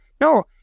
no